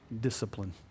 discipline